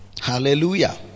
Hallelujah